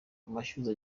amashyuza